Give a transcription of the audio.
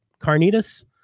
Carnitas